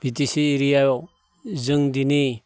बि T C एरियाआव जों दिनै